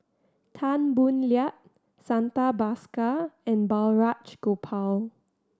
Tan Boo Liat Santha Bhaskar and Balraj Gopal